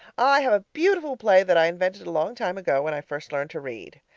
i have a beautiful play that i invented a long time ago when i first learned to read.